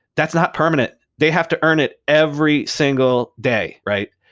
that's not permanent. they have to earn it every single day, right?